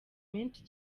menshi